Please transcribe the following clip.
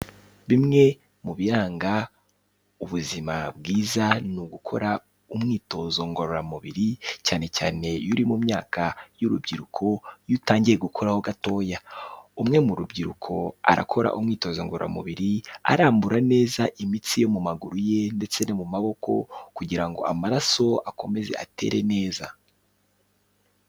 Bimwe mu biranga ubuzima bwiza ni ugukora umwitozo ngororamubiri, cyane cyane iyo uri mu myaka y'urubyiruko, iyo utangiye gukoraho gatoya. Umwe mu rubyiruko arakora umwitozo ngororamubiri, arambura neza imitsi yo mu maguru ye ndetse n'iyo mu maboko kugira ngo amaraso akomeze atere neza.